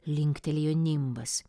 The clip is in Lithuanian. linktelėjo nimbas